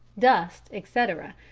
dust, etc,